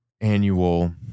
annual